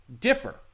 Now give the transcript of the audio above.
differ